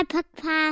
Papa